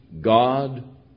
God